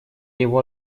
его